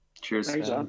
Cheers